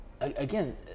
again